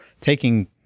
taking